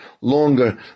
longer